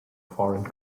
foreign